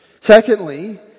Secondly